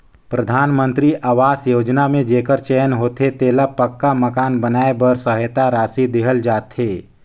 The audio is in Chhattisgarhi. परधानमंतरी अवास योजना में जेकर चयन होथे तेला पक्का मकान बनाए बर सहेता रासि देहल जाथे